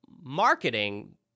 marketing